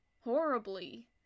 Horribly